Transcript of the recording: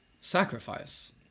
sacrifice